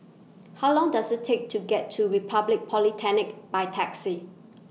How Long Does IT Take to get to Republic Polytechnic By Taxi